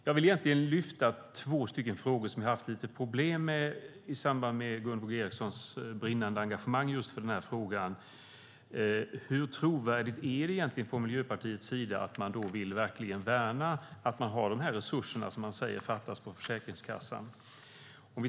Jag vill lyfta upp två frågor som jag har haft lite problem med i samband med Gunvor G Ericsons brinnande engagemang i denna fråga. Hur trovärdigt är det från Miljöpartiets sida att man verkligen vill värna de resurser som man säger fattas på Försäkringskassan?